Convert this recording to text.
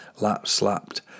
lap-slapped